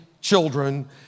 children